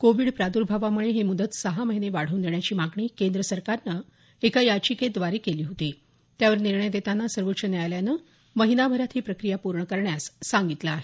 Covid प्रादुर्भावामुळे ही मुदत सहा महिने वाढवून देण्याची मागणी केंद्र सरकारनं एका याचिकेद्वारे केली होती त्यावर निर्णय देताना सर्वोच्च न्यायालयानं महिनाभरात ही प्रक्रिया पूर्ण करण्यास सांगितलं आहे